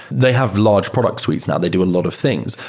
they have large product suites now. they do a lot of things,